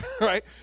right